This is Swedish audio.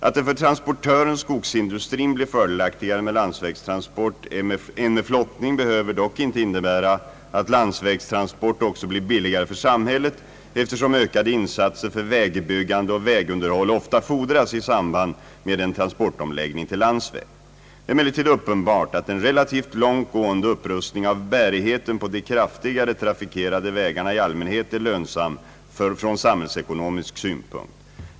Att det för transportören/ skogsindustrin blir fördelaktigare med landsvägstransport än med flottning behöver dock inte innebära att landsvägstransport också blir billigare för samhället, eftersom ökade insatser för vägbyggande och vägunderhåll ofta fordras i samband med en transportomläggning till landsväg. Det är emellertid uppenbart att en relativt långt gående upprustning av bärigheten på de kraftigare trafikerade vägarna i allmänhet är lönsam från samhällsekonomisk synpunkt.